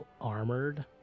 armored